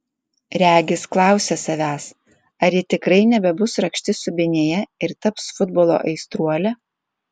regis klausia savęs ar ji tikrai nebebus rakštis subinėje ir taps futbolo aistruole